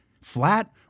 flat